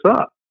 up